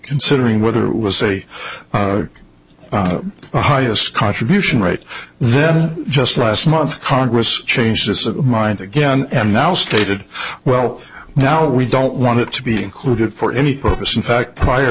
considering whether it was a highest contribution right then just last month congress changed his mind again and now stated well now we don't want it to be included for any purpose in fact prior